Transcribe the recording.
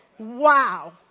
wow